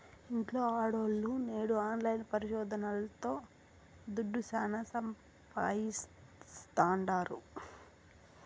ఇంట్ల ఆడోల్లు నేడు ఆన్లైన్ పరిశోదనల్తో దుడ్డు శానా సంపాయిస్తాండారు